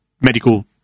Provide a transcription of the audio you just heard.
medical